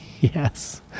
Yes